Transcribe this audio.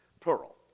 plural